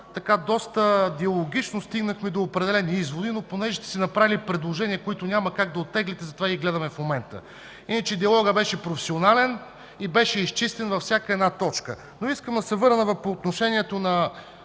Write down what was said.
там доста диалогично стигнахме до определени изводи, но понеже сте направили предложения, които няма как да оттеглите, затова ги гледаме в момента. Иначе, диалогът беше професионален и беше изчистен във всяка една точка. Искам да се върна по отношение на